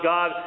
God